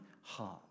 heart